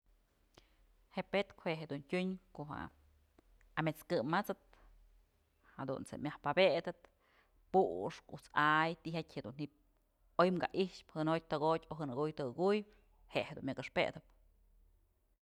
Je'e pe'etkë jue jedun tyun ko'o je'e amet's kë mat'sëp jadunt's je'e myaj pabëtëp puxkë ujt's a'ax tyjatyë dun ji'im oy ka i'ixpë jënotyë tëkotyë o jënëkuy tëkëkuy je'e jedun myak ëxpëdëp.